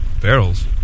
barrels